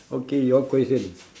okay your question